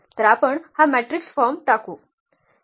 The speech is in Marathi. तर आपण हा मॅट्रिक्स फॉर्म टाकू